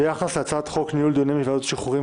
ביחס להצעת חוק ניהול דיוני ועדות השחרורים